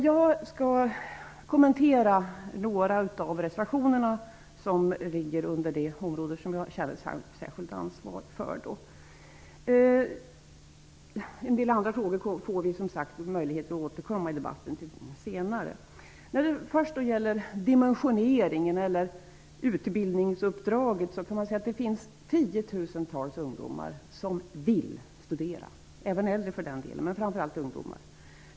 Jag skall så kommentera några reservationer på det område som jag känner ett särskilt ansvar för. Till en del andra frågor får vi, som sagt, möjlighet att återkomma senare i debatten. Först gäller det dimensioneringen, utbildningsuppdraget. Man kan säga att det finns tiotusentals ungdomar som vill studera -- ja, det gäller även äldre för den delen, men framför allt handlar det om ungdomar.